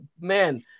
man